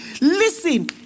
Listen